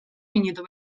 minutu